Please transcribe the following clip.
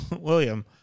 William